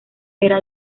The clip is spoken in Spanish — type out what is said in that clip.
era